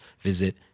visit